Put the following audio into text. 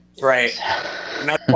Right